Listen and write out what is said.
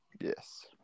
yes